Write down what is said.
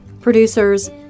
producers